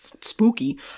spooky